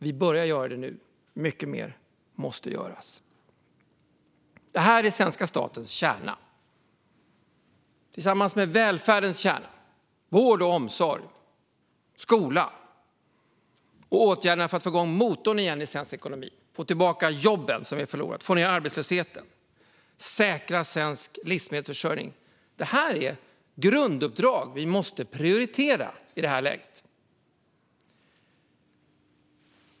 Vi börjar göra det nu, men mycket mer måste göras. Detta är den svenska statens kärna, tillsammans med välfärdens kärna - vård, omsorg och skola - och åtgärderna för att få igång motorn i svensk ekonomi igen och få tillbaka de jobb som vi har förlorat, få ned arbetslösheten och säkra svensk livsmedelsförsörjning. Detta är grunduppdrag som vi måste prioritera i detta läge.